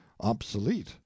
obsolete